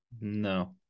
no